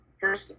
first